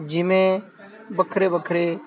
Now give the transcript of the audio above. ਜਿਵੇਂ ਵੱਖਰੇ ਵੱਖਰੇ